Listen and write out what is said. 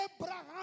Abraham